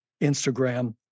Instagram